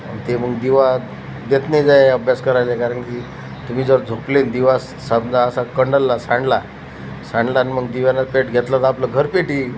आणि ते मग दिवा देत नाही जाय अभ्यास करायचाय कारण की तुम्ही जर झोपले दिवा स समजा असा कलंडला सांडला सांडला न् मग दिव्याने पेट घेतला तर आपलं घर पेटेल